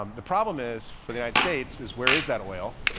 um the problem is for the united states is where is that oil?